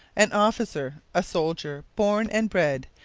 an officer, a soldier born and bred,